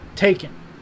taken